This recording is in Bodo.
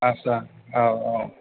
आदसा औ औ